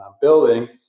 building